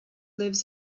lives